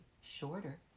shorter